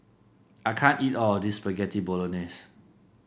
I can't eat all of this Spaghetti Bolognese